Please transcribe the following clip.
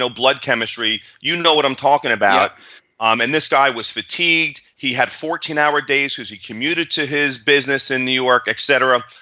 blood chemistry. you know, what i'm talking about um and this guy was fatigued. he had fourteen hour days because he commuted to his business in new york, etc.